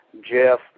Jeff